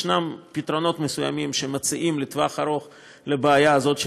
יש פתרונות מסוימים שמציעים לטווח ארוך לבעיה הזאת,